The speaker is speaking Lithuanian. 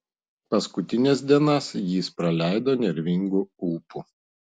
paskutines dienas jis praleido nervingu ūpu